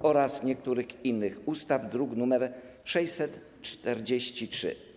oraz niektórych innych ustaw, druk nr 643.